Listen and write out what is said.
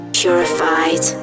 purified